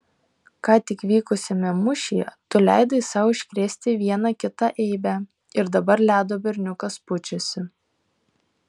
ką tik vykusiame mūšyje tu leidai sau iškrėsti vieną kitą eibę ir dabar ledo berniukas pučiasi